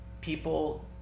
people